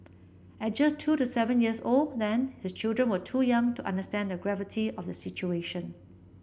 at just two the seven years old then his children were too young to understand the gravity of the situation